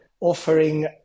offering